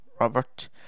Robert